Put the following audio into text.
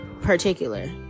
particular